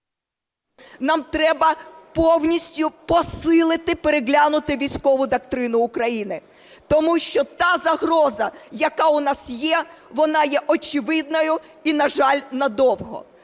нам треба повністю посилити, переглянути військову доктрину України, тому що та загроза, яка у нас є, вона є очевидною і, на жаль, надовго.